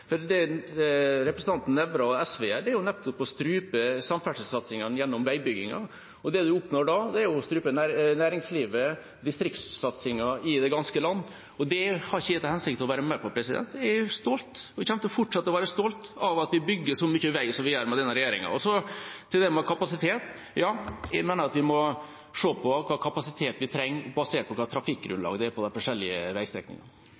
For det representanten Nævra og SV gjør, er nettopp å strupe samferdselssatsingene gjennom veibyggingen. Det man oppnår da, er å strupe næringslivet, distriktssatsingen, i det ganske land, og det har ikke jeg til hensikt å være med på. Jeg er stolt, og jeg kommer til å fortsette å være stolt av at vi bygger så mye vei som vi gjør med denne regjeringa. Til det med kapasitet: Ja, jeg mener at vi må se på hvilken kapasitet vi trenger, basert på trafikkgrunnlaget på de forskjellige veistrekningene.